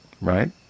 Right